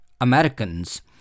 Americans